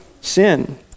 sin